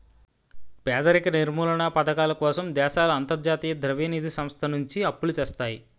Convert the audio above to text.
పేదరిక నిర్మూలనా పధకాల కోసం దేశాలు అంతర్జాతీయ ద్రవ్య నిధి సంస్థ నుంచి అప్పులు తెస్తాయి